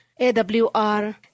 AWR